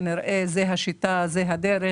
כנראה שזו השיטה ושזו הדרך.